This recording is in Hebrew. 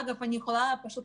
אגב, בנינו עכשיו